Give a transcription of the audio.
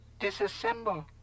Disassemble